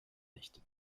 nicht